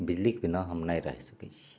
बिजलीक बिना नहि रहि सकै छियै